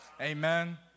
Amen